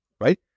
Right